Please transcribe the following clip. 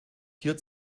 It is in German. hier